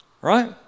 Right